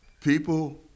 People